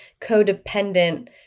codependent